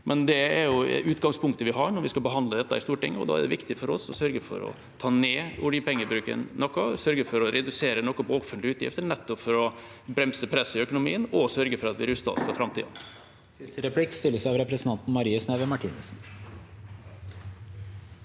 men det er utgangspunktet vi har når vi skal behandle det i Stortinget. Da er det viktig for oss å sørge for å ta ned oljepengebruken noe og sørge for å redusere noe på offentlige utgifter, nettopp for å bremse presset i økonomien og sørge for at vi ruster oss for framtida.